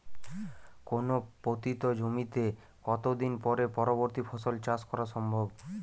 কোনো পতিত জমিতে কত দিন পরে পরবর্তী ফসল চাষ করা সম্ভব?